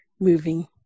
moving